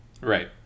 Right